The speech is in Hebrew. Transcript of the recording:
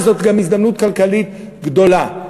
וזו גם הזדמנות כלכלית גדולה.